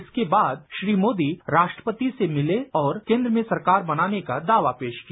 इसके बाद श्री मोदी राष्ट्रपति से मिले और केंद्र में सरकार बनाने का दावा पेश किया